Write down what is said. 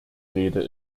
rede